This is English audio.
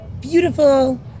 beautiful